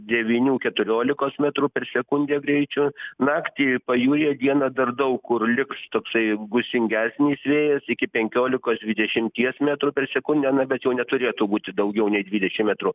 devynių keturiolikos metrų per sekundę greičiu naktį pajūryje dieną dar daug kur liks toksai gūsingesnis vėjas iki penkiolikos dvidešimties metrų per sekundę na bet jau neturėtų būti daugiau nei dvidešim metrų